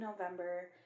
november